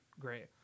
great